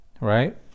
Right